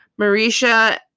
Marisha